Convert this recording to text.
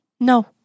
No